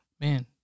man